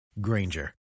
Granger